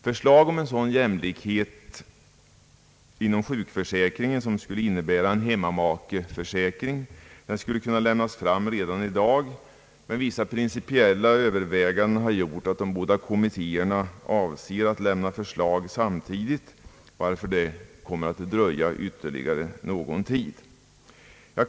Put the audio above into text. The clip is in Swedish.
Förslag om en sådan jämlikhet inom sjukförsäkringen som innebär en hemmamakeförsäkring skulle kunna lämnas fram i dag, men vissa principiella överväganden har gjort att de båda kommittéerna avser att lämna förslag samtidigt, varför det kommer att dröja ytterligare någon tid.